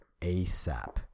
ASAP